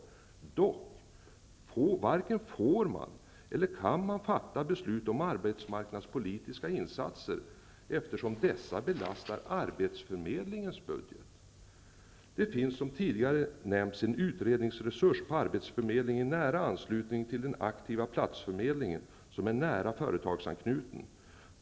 Dock varken får man eller kan man fatta beslut om arbetsmarknadspolitiska insatser, eftersom dessa belastar arbetsförmedlingens budget. Det finns som tidigare nämnts en utredningsresurs på arbetsförmedlingen i nära anslutning till den aktiva platsförmedlingen, som är nära företagsanknuten.